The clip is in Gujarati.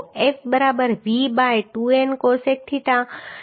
F બરાબર V by 2N cosec theta